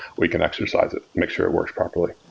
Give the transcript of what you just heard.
we can exercise it. make sure it works properly.